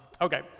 Okay